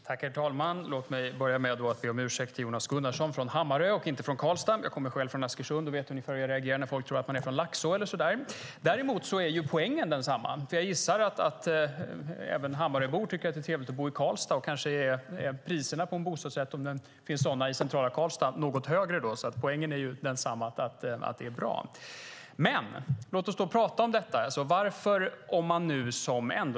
Herr talman! Låt mig börja med att be om ursäkt till Jonas Gunnarsson som kommer från Hammarö och inte från Karlstad. Jag kommer själv från Askersund och vet hur jag själv reagerar när folk tror att jag kommer från Laxå eller så. Däremot är poängen densamma. Jag gissar att även Hammaröbor tycker att det kan vara trevligt att bo i Karlstad, och kanske är priserna på en bostadsrätt, om det finns sådana i centrala Karlstad, något högre. Alltså är poängen att det är bra densamma.